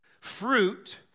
fruit